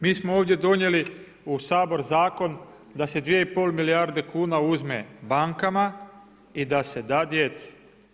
Mi smo ovdje donijeli u Sabor zakon da se 2,5 milijarde kuna uzme bankama i da se da djeci.